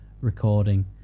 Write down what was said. recording